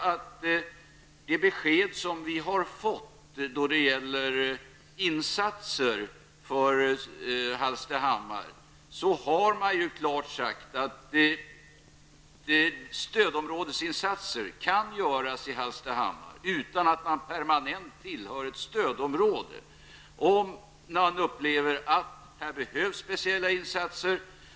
Enligt de besked som vi har fått då det gäller insatser för Hallstahammar kan stödområdesinsatser göras i Hallstahammar utan att Hallstahammar permanent tillhör ett stödområde när man upplever att det behövs speciella insatser.